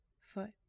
foot